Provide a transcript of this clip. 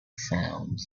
sound